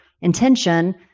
intention